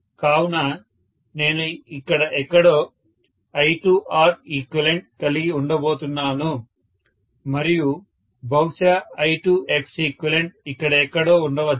కావున నేను ఇక్కడ ఎక్కడో I2Req కలిగి ఉండబోతున్నాను మరియు బహుశా I2Xeq ఇక్కడ ఎక్కడో ఉండవచ్చు